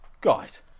Guys